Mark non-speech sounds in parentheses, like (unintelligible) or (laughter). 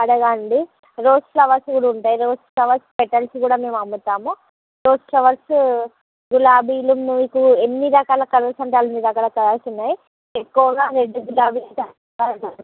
అడగండి rose flowers కూడా ఉంటాయి రోజ్ ఫ్లవర్స్ పెటల్స్ కూడా మేము అమ్ముతాము రోజ్ ఫ్లవర్సు గులాబీలు మీకు ఎన్ని రకాల కలర్స్ అంటే అన్ని రకాల కలర్స్ ఉన్నాయి ఎక్కువగా రెడ్ గులాబీ (unintelligible)